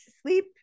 sleep